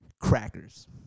Crackers